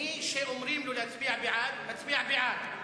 מי שאומרים לו להצביע בעד, מצביע בעד.